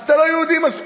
אז אתה לא יהודי מספיק.